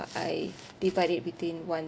I divide it between wants